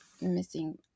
missing